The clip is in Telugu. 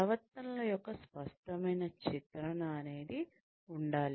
ప్రవర్తనల యొక్క స్పష్టమైన చిత్రణ ఉండాలి